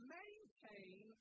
maintain